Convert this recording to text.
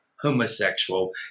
homosexual